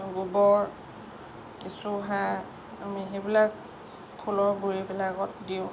গোবৰ কেঁচুসাৰ আমি সেইবিলাক ফুলৰ গুৰিবিলাকত দিওঁ